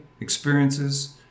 experiences